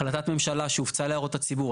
החלטת ממשלה שהופצה להערות הציבור.